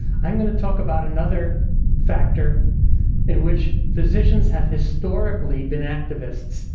i'm gonna talk about another factor in which physicians have historically been activists,